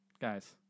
Guys